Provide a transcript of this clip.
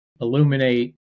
illuminate